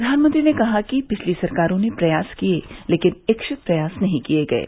प्रधानमंत्री ने कहा कि पिछली सरकारों ने प्रयास किये लेकिन इच्छित प्रयास नहीं किए गये